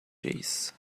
days